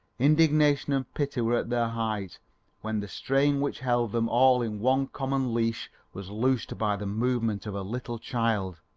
indignation and pity were at their height when the strain which held them all in one common leash was loosed by the movement of a little child.